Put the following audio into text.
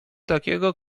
takiego